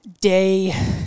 day